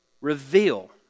Reveal